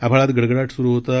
आभाळात गडगडाट सुरू होता